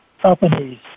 companies